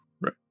Right